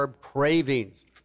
cravings